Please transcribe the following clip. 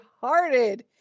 hearted